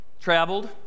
traveled